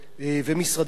ומשרדים אחרים,